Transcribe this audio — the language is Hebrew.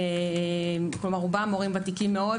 כלומר רובם ותיקים מאוד.